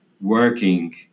working